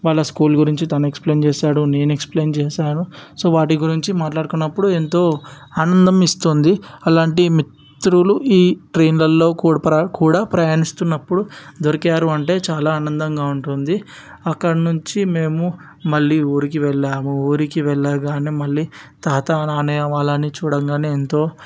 వాళ్ళ స్కూల్ గురించి తను ఎక్స్ప్లెయిన్ చేసాడు నేను ఎక్స్ప్లెయిన్ చేసాను సో వాటి గురించి మాట్లాడుకున్నప్పుడు ఎంతో ఆనందం ఇస్తుంది అలాంటి మిత్రులు ఈ ట్రైన్లలో కూడా ప్రయాణిస్తున్నప్పుడు దొరికారు అంటే చాలా ఆనందంగా ఉంటుంది అక్కడి నుంచి మేము మళ్ళీ ఊరికి వెళ్ళాము ఊరికి వెళ్ళగానే మళ్ళీ తాత నాన్నయ్య వాళ్ళని చూడగానే ఎంతో